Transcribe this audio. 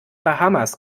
bahamas